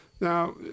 Now